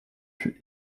fût